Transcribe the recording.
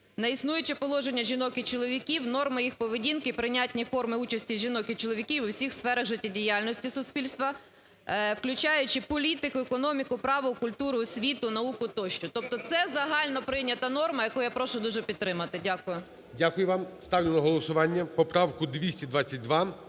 на існуюче положення жінок і чоловіків, норми їх поведінки і прийнятні форми участі жінок і чоловіків у всіх сферах життєдіяльності суспільства, включаючи політику, економіку, право, культуру, освіту, науку тощо. Тобто це загальноприйнята норма, яку я прошу дуже підтримати. Дякую. ГОЛОВУЮЧИЙ. Дякую вам. Ставлю на голосування поправку 222.